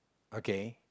okay